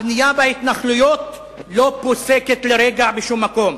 הבנייה בהתנחלויות לא פוסקת לרגע בשום מקום.